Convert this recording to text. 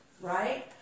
right